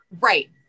right